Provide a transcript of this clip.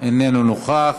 אינו נוכח,